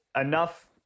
enough